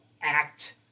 act